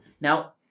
Now